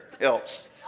helps